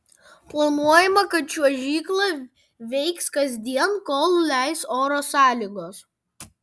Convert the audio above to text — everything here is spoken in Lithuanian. planuojama kad čiuožykla veiks kasdien kol leis oro sąlygos